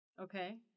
Okay